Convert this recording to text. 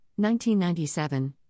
1997